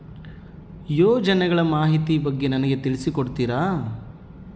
ಯೋಜನೆಗಳ ಮಾಹಿತಿ ಬಗ್ಗೆ ನನಗೆ ತಿಳಿಸಿ ಕೊಡ್ತೇರಾ?